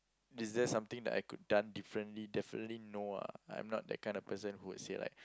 is there something that I could done differently definitely no lah I'm not that kind of person who would say like